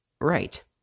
right